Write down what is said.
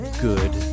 good